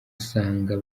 usanga